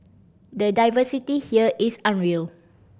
the diversity here is unreal